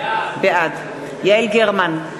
בעד יעל גרמן,